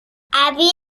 abby